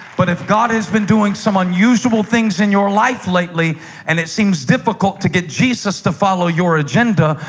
but if god has been doing some unusual things in your life lately and it seems difficult to get jesus to follow your agenda,